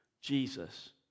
Jesus